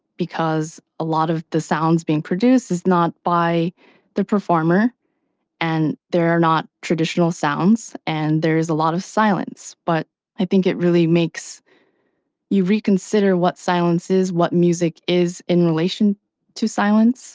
because a lot of the sounds being produced is not by the performer and they're not traditional sounds and there is a lot of silence but i think it really makes you reconsider what silences is, what music is in relation to silence